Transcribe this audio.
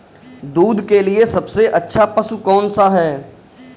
दूध के लिए सबसे अच्छा पशु कौनसा है?